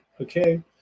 Okay